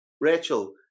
rachel